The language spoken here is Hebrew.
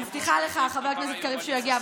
מבטיחה לך, חבר הכנסת קריב, שהוא יגיע.